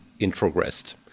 introgressed